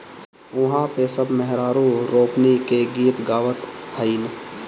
उहा पे सब मेहरारू रोपनी के गीत गावत हईन